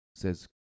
says